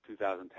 2010